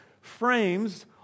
frames